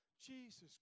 Jesus